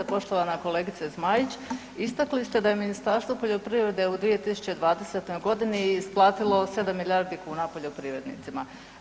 Poštovana kolegice Zmajić istakli ste da je Ministarstvo poljoprivrede u 2020. godini isplatilo 7 milijardi kuna poljoprivrednicima.